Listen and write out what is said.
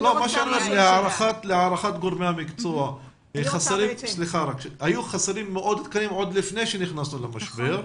להערכת גורמי המקצוע היו חסרים מאות תקנים עוד לפני שנכנסנו למשבר.